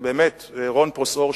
רון פרושאור,